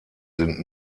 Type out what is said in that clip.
sind